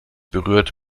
berührt